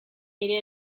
ere